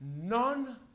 None